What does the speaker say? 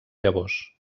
llavors